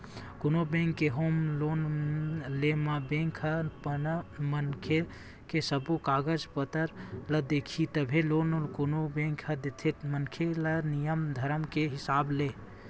कोनो बेंक ले home loan ले म बेंक ह मनखे के सब्बो कागज पतर ल देखही तभे लोन कोनो बेंक ह देथे मनखे ल नियम धरम के हिसाब ले